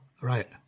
Right